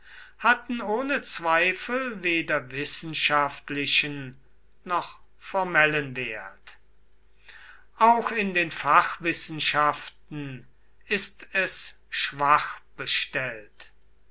hatten ohne zweifel weder wissenschaftlichen noch formellen wert auch in den fachwissenschaften ist es schwach bestellt